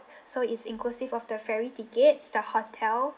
so it's inclusive of the ferry tickets the hotel